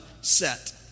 set